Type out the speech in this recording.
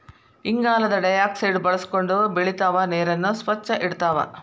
ಇಂಗಾಲದ ಡೈಆಕ್ಸೈಡ್ ಬಳಸಕೊಂಡ ಬೆಳಿತಾವ ನೇರನ್ನ ಸ್ವಚ್ಛ ಇಡತಾವ